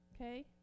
Okay